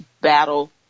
battle